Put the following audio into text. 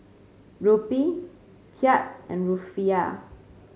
Rupee Kyat and Rufiyaa